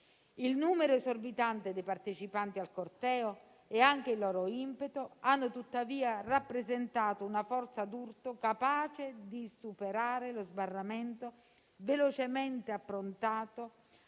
Il numero esorbitante dei partecipanti al corteo e anche il loro impeto hanno tuttavia rappresentato una forza d'urto capace di superare lo sbarramento velocemente approntato